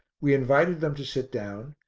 we invited them to sit down,